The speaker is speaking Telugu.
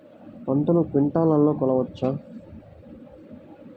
పంటను క్వింటాల్లలో కొలవచ్చా?